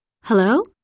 Hello